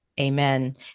Amen